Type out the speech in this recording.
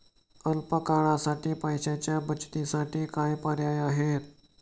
अल्प काळासाठी पैशाच्या बचतीसाठी काय पर्याय आहेत?